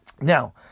Now